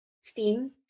steam